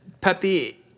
Pepe